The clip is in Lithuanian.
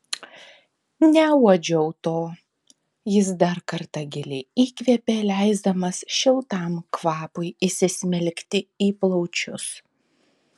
neuodžiau to jis dar kartą giliai įkvėpė leisdamas šiltam kvapui įsismelkti į plaučius